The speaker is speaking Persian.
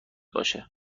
باشه